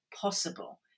possible